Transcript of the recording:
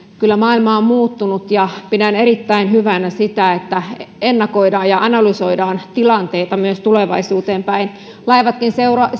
kyllä maailma on muuttunut ja pidän erittäin hyvänä sitä että ennakoidaan ja analysoidaan tilanteita myös tulevaisuuteen päin laivatkin